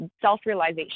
self-realization